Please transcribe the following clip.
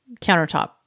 countertop